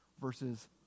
Versus